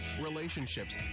relationships